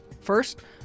First